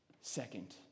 Second